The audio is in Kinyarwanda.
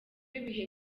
ibihe